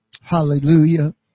Hallelujah